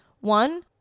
One